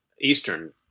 Eastern